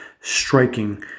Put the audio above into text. striking